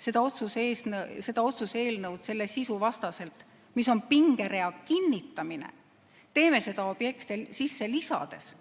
seda otsuse eelnõu selle sisu vastaselt, mis on pingerea kinnitamine, teeme seda uusi objekte sisse lisades,